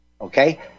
Okay